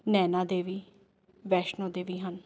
ਨੈਨਾ ਦੇਵੀ ਵੈਸ਼ਨੋ ਦੇਵੀ ਹਨ